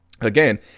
again